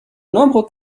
nombreux